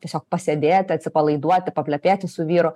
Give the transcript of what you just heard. tiesiog pasėdėti atsipalaiduoti paplepėti su vyru